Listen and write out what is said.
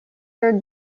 their